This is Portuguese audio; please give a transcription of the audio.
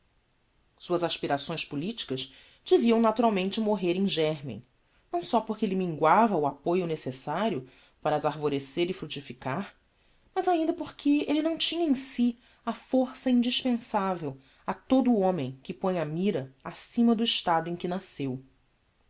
suas aspirações políticas deviam naturalmente morrer em germen não só porque lhe minguava o apoio necessario para as arvorecer e fructificar mas ainda por que elle não tinha em si a força indispensavel a todo o homem que põe a mira acima do estado em que nasceu